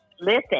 listen